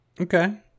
Okay